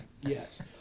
yes